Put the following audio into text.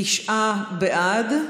תשעה בעד,